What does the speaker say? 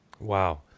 Wow